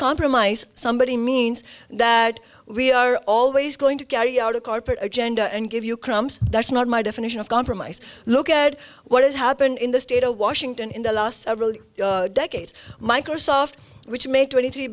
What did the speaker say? compromise somebody means that we are always going to carry out a corporate agenda and give you crumbs that's not my definition of compromise look at what has happened in the state of washington in the last several decades microsoft which made twenty three